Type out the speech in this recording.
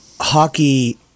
Hockey